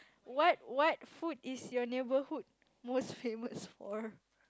what what food is your neighborhood most famous for